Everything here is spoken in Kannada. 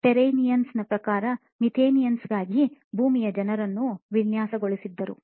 ಟೆರೇನಿಯನ್ನರ ಪ್ರಕಾರ ಮೆಥೇನಿಯನ್ಗಾಗಿ ಭೂಮಿಯ ಜನರನ್ನು ವಿನ್ಯಾಸಗೊಳಿಸಿದ್ದರು